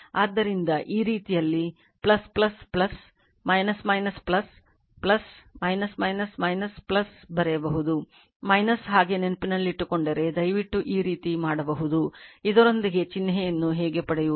ಆದ್ದರಿಂದ ಈ ರೀತಿಯಲ್ಲಿ ಬರೆಯಬಹುದು ಹಾಗೆ ನೆನಪಿಟ್ಟುಕೊಂಡರೆ ದಯವಿಟ್ಟು ಈ ರೀತಿ ಮಾಡಬಹುದು ಇದರೊಂದಿಗೆ ಚಿಹ್ನೆಯನ್ನು ಹೇಗೆ ಪಡೆಯುವುದು